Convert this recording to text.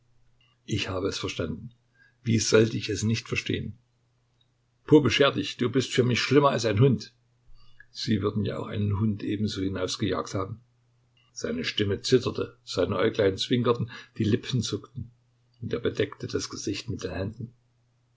ich habe es verstanden wie sollte ich es nicht verstehen pope scher dich du bist für mich schlimmer als ein hund sie würden ja auch einen hund ebenso hinausgejagt haben seine stimme zitterte seine äuglein zwinkerten die lippen zuckten und er bedeckte das gesicht mit den händen